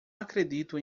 acredito